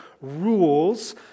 rules